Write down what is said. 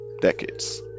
decades